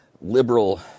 liberal